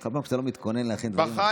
" כל פעם שאתה לא מתכונן להכין דברים,